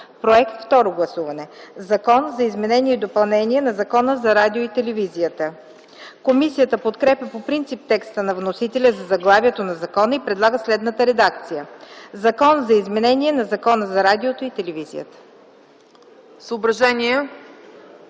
Проект – второ гласуване. „Закон за изменение и допълнение на Закона за радиото и телевизията.” Комисията подкрепя по принцип текста на вносителя за заглавието на закона и предлага следната редакция: „Закон за изменение на Закона за радиото и телевизията”.